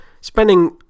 spending